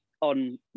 on